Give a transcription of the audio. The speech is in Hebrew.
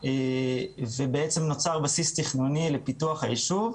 ובעצם נוצר בסיס תכנוני לפיתוח הישוב.